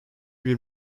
bir